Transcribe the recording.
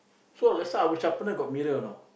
so that's why our sharpener got mirror now